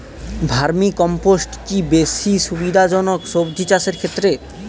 Vermi compost কি বেশী সুবিধা জনক সবজি চাষের ক্ষেত্রে?